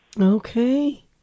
Okay